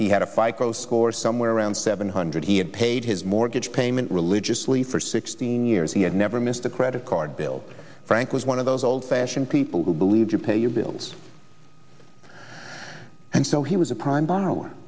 he had a piko score somewhere around seven hundred he had pay his mortgage payment religiously for sixteen years he had never missed a credit card bill frank was one of those old fashioned people who believe to pay your bills and so he was a p